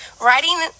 Writing